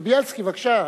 לבילסקי, בבקשה.